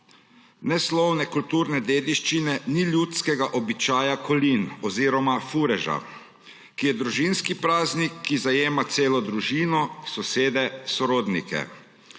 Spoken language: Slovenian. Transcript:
nesnovne kulturne dediščine ni ljudskega običaja kolin oziroma fureža, ki je družinski praznik, ki zajema celo družino, sosede, sorodnike.